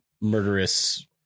murderous